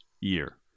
year